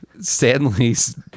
Stanley's